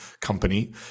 company